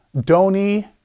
doni